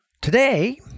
today